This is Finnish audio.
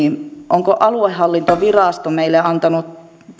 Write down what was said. onko aluehallintovirasto meille antanut